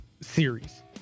series